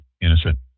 innocent